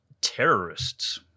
terrorists